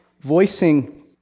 voicing